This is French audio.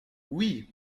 oui